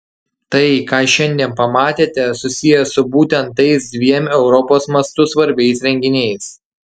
tai ką šiandien pamatėte susiję su būtent tais dviem europos mastu svarbiais renginiais